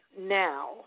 now